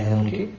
ah donate